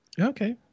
Okay